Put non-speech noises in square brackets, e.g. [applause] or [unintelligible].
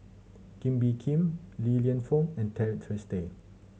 Kee Bee Khim Li Lienfung and [unintelligible] Tracey Day